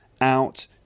out